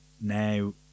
now